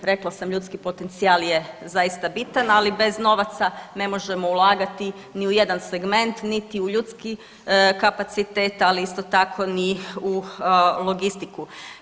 Rekla sam, ljudski potencijal je zaista bitan ali bez novaca ne možemo ulagati ni u jedan segment, niti u ljudski kapacitet ali isto tako ni u logistiku.